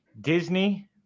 Disney